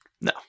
No